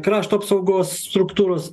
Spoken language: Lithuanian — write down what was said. krašto apsaugos struktūros